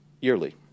yearly